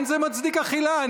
אין זה מצדיק אכילה.